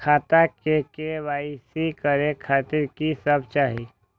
खाता के के.वाई.सी करे खातिर की सब चाही?